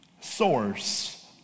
source